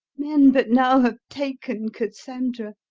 men but now have taken cassandra,